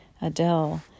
Adele